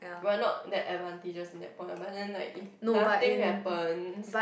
we're not that advantages in that point but if nothing happens